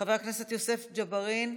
חבר הכנסת יוסף ג'בארין,